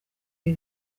ibi